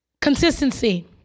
Consistency